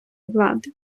влади